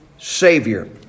Savior